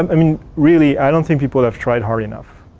um i mean really, i don't think people have tried hard enough.